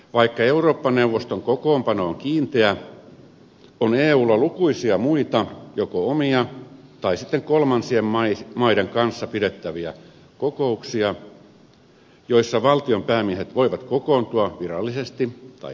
vaikka eurooppa neuvoston kokoonpano on kiinteä on eulla lukuisia muita joko omia tai sitten kolmansien maiden kanssa pidettäviä kokouksia joissa valtionpäämiehet voivat kokoontua virallisesti tai epävirallisesti